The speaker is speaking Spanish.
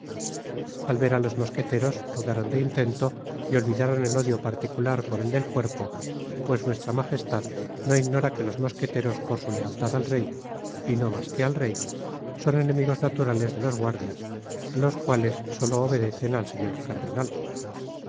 al ver á los mosqueteros mudaron de intento y olvidaron el odio particular por el de cuerpo pues vuestra magestad no ignora que los mosqueteros por su lealtad al rey y no mas que al rey son enemigos naturales de los guardias los cuales solo obedecen al señor cardenal